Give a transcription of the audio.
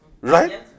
right